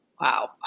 Wow